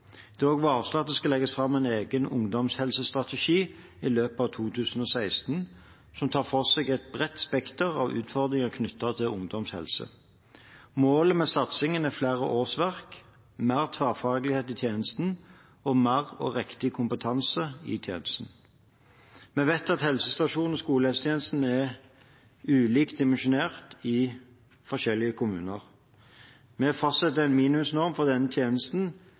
Det er også varslet at det skal legges fram en egen ungdomshelsestrategi i løpet av 2016 som tar for seg et bredt spekter av utfordringer knyttet til ungdoms helse. Målet med satsingen er flere årsverk, mer tverrfaglighet i tjenesten og mer og riktigere kompetanse i tjenesten. Vi vet at helsestasjons- og skolehelsetjenesten er ulikt dimensjonert i forskjellige kommuner. Men å fastsette en minimumsnorm for denne tjenesten